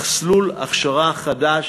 מסלול הכשרה חדש